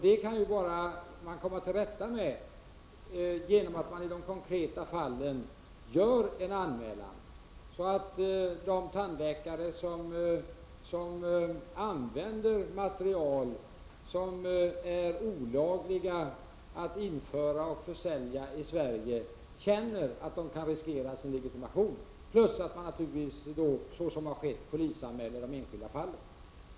Det kan man komma till rätta med bara genom att i de konkreta fallen göra en anmälan, så att de tandläkare som använder material som det är olagligt att införa och försälja i Sverige känner att de riskerar sin legitimation. Dessutom skall man naturligtvis, såsom har skett, göra polisanmälan i de enskilda fallen.